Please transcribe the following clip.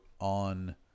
on